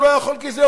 הוא לא יכול כי זה,